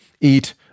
eat